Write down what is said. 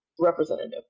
representative